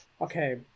Okay